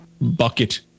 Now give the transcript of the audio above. bucket